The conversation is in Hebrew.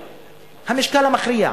המכריע, המשקל המכריע.